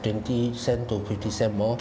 twenty cent to fifty cent more